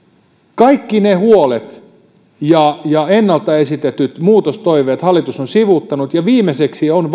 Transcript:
kaikki ne huolet ja ja ennalta esitetyt muutostoiveet hallitus on sivuuttanut ja viimeiseksi on